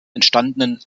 entstandenen